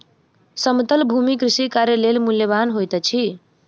समतल भूमि कृषि कार्य लेल मूल्यवान होइत अछि